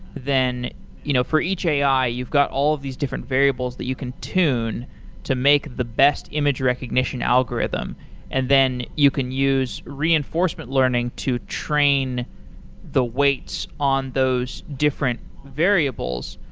then you know for each ai, you've got all these different variables that you can tune to make the best image recognition algorithm and then you can use reinforcement learning to train the weights on those different variables.